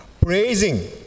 praising